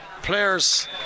players